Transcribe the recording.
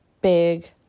big